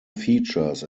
features